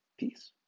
Peace